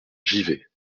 givet